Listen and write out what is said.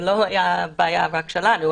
זה לא היה בעיה רק שלנו,